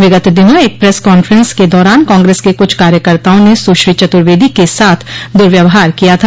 विगत दिनों एक प्रेस कांफ्रेंस के दौरान कांग्रेस के कुछ कार्यकर्ताओं ने सुश्री चतुर्वेदी के साथ दुर्व्यवहार किया था